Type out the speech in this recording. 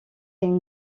une